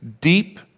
deep